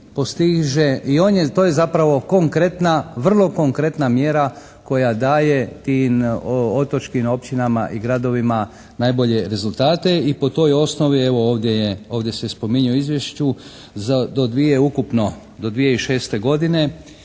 on je, to je zapravo konkretna, vrlo konkretna mjera koja daje tim otočkim općinama i gradovima najbolje rezultate i po toj osnovi evo ovdje je, ovdje se spominju u izvješću do 2006. godine